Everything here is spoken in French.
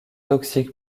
toxique